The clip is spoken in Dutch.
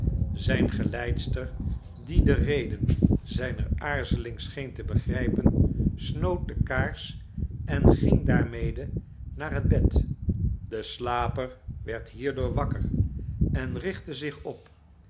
zijne geleidster die de reden zijner aarzeling scheen te begrijpen snoot de kaars en ging daarmede naar het bed de slaper werd hierdoor wakker enrichtte zich op